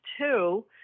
two